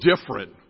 different